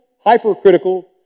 hypercritical